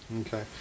Okay